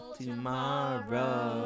tomorrow